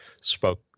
spoke